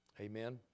Amen